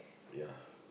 ya